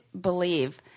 believe